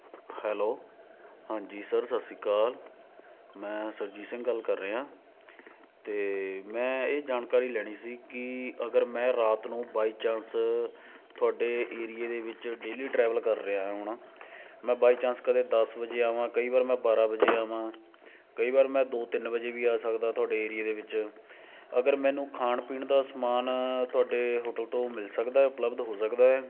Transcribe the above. hello ਹਾਂਜੀ sir Sat Sri Akal ਮੈਂ ਸੁਰਜੀਤ ਸਿੰਘ ਗੱਲ ਕਰ ਰਿਹਾ ਅਤੇ ਮੈਂ ਇਹ ਜਾਣਕਾਰੀ ਲੈਣੀ ਸੀ ਕਿ ਅਗਰ ਮੈਂ ਰਾਤ ਨੂੰ ਬਾਈ ਚਾਂਸ ਤੁਹਾਡੇ ਏਰੀਏ ਦੇ ਵਿੱਚ ਡੇਲੀ ਟਰੈਵਲ ਕਰ ਰਿਹਾ ਹੁਣ ਮੈਂ ਬਾਈ ਚਾਂਸ ਕਦੇ ਦਸ ਵਜੇ ਆਵਾਂ ਕਈ ਵਾਰ ਮੈਂ ਬਾਰਾਂ ਵਜੇ ਆਵਾਂ ਕਈ ਵਾਰ ਮੈਂ ਦੋ ਤਿੰਨ ਵਜੇ ਵੀ ਆ ਸਕਦਾ ਤੁਹਾਡੇ ਏਰੀਏ ਦੇ ਵਿੱਚ ਅਗਰ ਮੈਨੂੰ ਖਾਣ ਪੀਣ ਦਾ ਸਮਾਨ ਤੁਹਾਡੇ ਹੋਟਲ ਤੋਂ ਮਿਲ ਸਕਦਾ ਉਪਲਬਧ ਹੋ ਸਕਦਾ